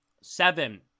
seven